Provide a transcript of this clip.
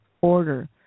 order